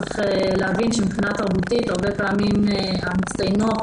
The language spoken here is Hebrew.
צריך להבין שמבחינה תרבותית הרבה פעמים המצטיינות